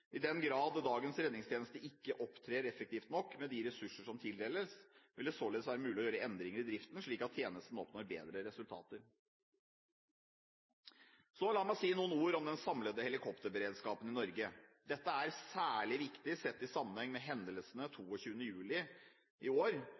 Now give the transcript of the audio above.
I den grad dagens redningstjeneste ikke opptrer effektivt nok med de ressurser som tildeles, vil det således være mulig å gjøre endringer i driften, slik at tjenesten oppnår bedre resultater. La meg så si noen ord om den samlede helikopterberedskapen i Norge. Dette er særlig viktig sett i sammenheng med hendelsene